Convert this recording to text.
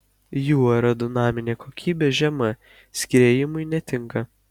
jų aerodinaminė kokybė žema skriejimui netinka